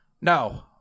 No